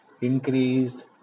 increased